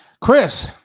Chris